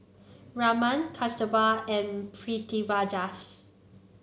Raman Kasturba and Pritiviraj